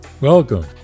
Welcome